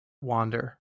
wander